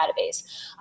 database